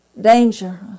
danger